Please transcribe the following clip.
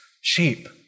sheep